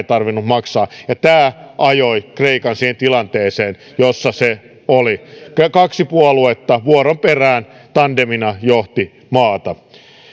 tarvinnut maksaa ja tämä ajoi kreikan siihen tilanteeseen jossa se oli kaksi puoluetta vuoron perään tandemina johti maata